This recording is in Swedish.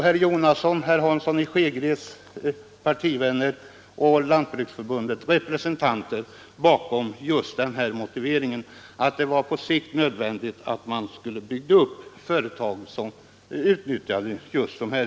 Herr Jonasson och herr Hansson i Skegrie, partivänner och Lantbruksförbundets representanter, stod bakom formuleringen.